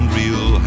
real